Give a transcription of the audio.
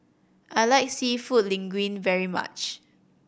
I like Seafood Linguine very much